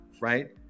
right